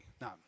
no